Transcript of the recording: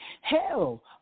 hell